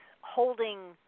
holding